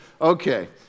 Okay